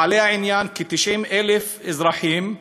בעלי העניין, כ-90,000 אזרחים,